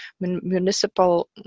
municipal